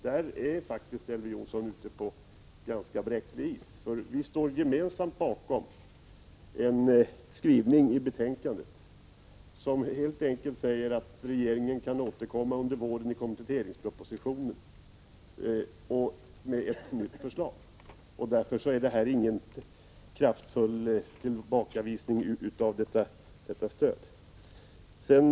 Där är faktiskt Elver Jonsson ute på ganska bräcklig is. Vi står gemensamt bakom en skrivning i betänkandet som helt enkelt säger att regeringen under våren kan återkomma med ett nytt förslag i kompletteringspropositionen. Därför rör det sig inte om något kraftfullt tillbakavisande av rekryteringsstödet.